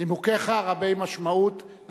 נימוקיך רבי משמעות,